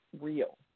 real